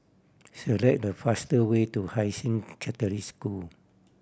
select the faster way to Hai Sing Catholic School